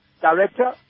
director